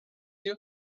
you